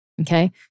Okay